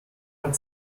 hat